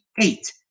eight